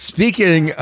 Speaking